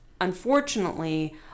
Unfortunately